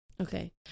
Okay